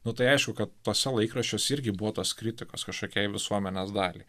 nu tai aišku kad tuose laikraščiuose irgi buvo tos kritikos kažkokiai visuomenės daliai